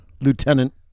lieutenant